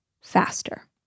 faster